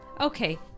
Okay